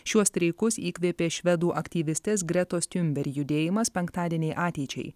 šiuos streikus įkvėpė švedų aktyvistės gretos tiunber judėjimas penktadieniai ateičiai